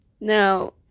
Now